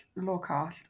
LawCast